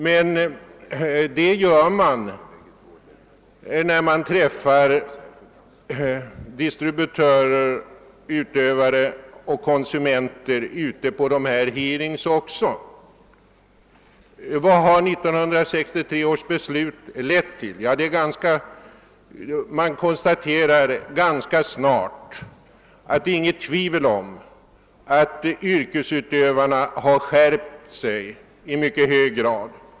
Men det kan man få höra, när man träffar distributörer, utövare och trafikkonsumenter ute på dessa hearings. Vad har 1963 års beslut lett till? Man konstaterar ganska snart att det är inget tvivel om att yrkesutövarna har skärpt sig i mycket hög grad.